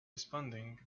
responding